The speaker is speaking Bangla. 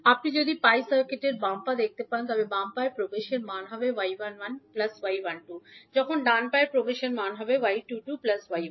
আপনি যদি পাই সার্কিটের বাম পা দেখতে পান তবে বাম পায়ের প্রবেশের মান হবে y11 𝒚12 যখন ডান পায়ের প্রবেশের মান 𝐲22 𝒚12 হয়